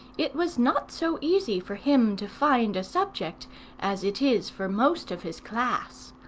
it was not so easy for him to find a subject as it is for most of his class.